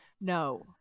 No